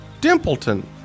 Dimpleton